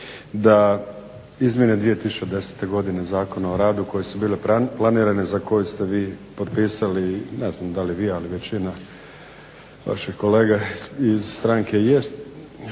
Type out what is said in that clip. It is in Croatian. da Izmjene 2010. godine Zakona o radu koje su bile planirane za koje ste vi potpisali, ne znam da li vi, ali većina vaši kolege iz stranke jest,